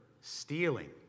stealing